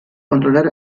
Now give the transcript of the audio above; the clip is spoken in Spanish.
controlar